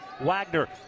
Wagner